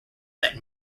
that